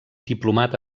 diplomat